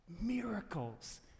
miracles